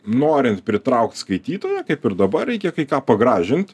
norint pritraukt skaitytoją kaip ir dabar reikia kai ką pagražint